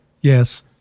Yes